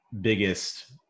biggest